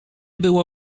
było